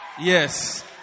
Yes